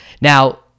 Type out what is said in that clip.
Now